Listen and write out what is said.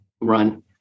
run